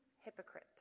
hypocrite